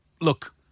look